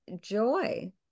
Joy